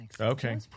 Okay